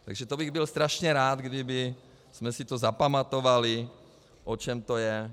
Takže to bych byl strašně rád, kdybychom si zapamatovali, o čem to je.